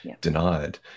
denied